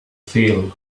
field